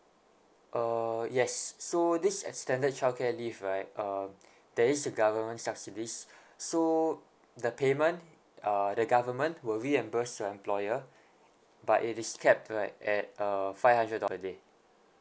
uh yes so this extended childcare leave right uh there is government subsidies so the payment uh the government will reimburse your employer but it is kept right at uh five hundred dollar a day